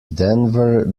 denver